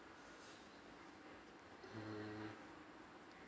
hmm